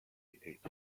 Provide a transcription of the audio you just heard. عید